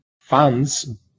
funds